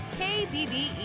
KBBE